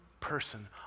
person